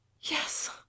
Yes